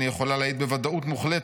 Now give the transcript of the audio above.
אני יכולה להעיד בוודאות מוחלטת,